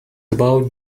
about